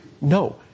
no